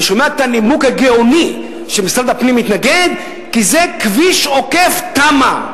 אני שומע את הנימוק הגאוני שמשרד הפנים מתנגד כי זה כביש עוקף תמ"א.